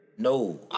No